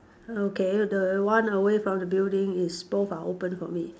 okay the one away from the building is both are open for me